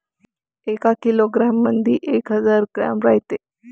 एका किलोग्रॅम मंधी एक हजार ग्रॅम रायते